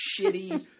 shitty